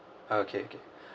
okay okay